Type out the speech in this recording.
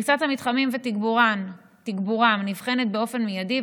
פריסת המתחמים ותגבורם נבחנת באופן מיידי,